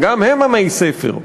גם הם עמי ספר.